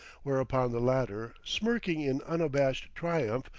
whereupon the latter, smirking in unabashed triumph,